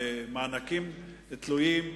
ומענקים תלויים,